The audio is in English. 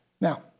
Now